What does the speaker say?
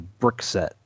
Brickset